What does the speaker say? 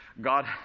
God